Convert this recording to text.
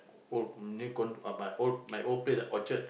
old new condo my old place at Orchard